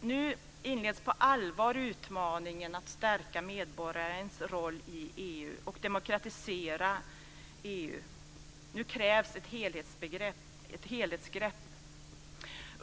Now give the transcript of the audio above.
Nu inleds på allvar utmaningen att stärka medborgarens roll i EU och demokratisera EU. Nu krävs ett helhetsgrepp.